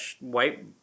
white